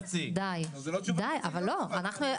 אנחנו ישבנו על זה,